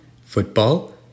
football